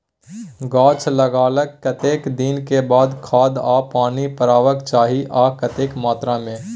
गाछ लागलाक कतेक दिन के बाद खाद आ पानी परबाक चाही आ कतेक मात्रा मे?